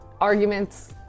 arguments